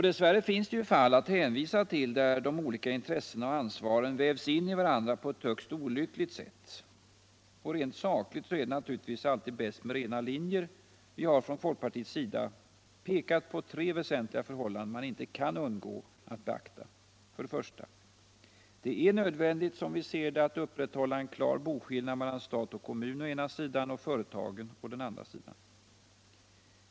Dess värre finns det ju fall att hänvisa till, där de olika intressena och ansvaren vävs in i varandra på ett högst olyckligt sätt. Och rent sakligt är det naturligtvis alltid bäst med rena linjer. Vi har från folkpartiets sida pekat på tre väsentliga förhållanden som man inte kan undgå att beakta. I. Det är nödvändigt att upprätthålla en klar boskillnad mellan stat och kommun, å ena sidan, och företagen, å den andra sidan.